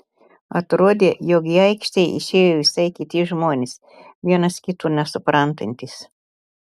atrodė jog į aikštę išėjo visai kiti žmonės vienas kito nesuprantantys